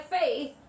faith